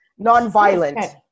Nonviolent